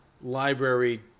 library